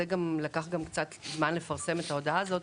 גם לקח קצת זמן לפרסם את ההודעה הזו.